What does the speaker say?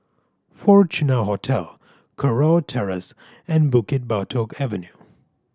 Fortuna Hotel Kurau Terrace and Bukit Batok Avenue